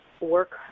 work